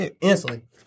instantly